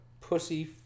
pussy